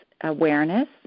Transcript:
awareness